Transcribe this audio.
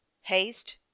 haste